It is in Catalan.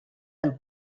del